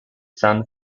san